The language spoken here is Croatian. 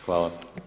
Hvala.